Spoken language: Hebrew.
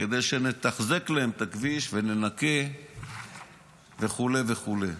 כדי שנתחזק להם את הכביש וננקה וכו' וכו'.